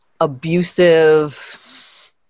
abusive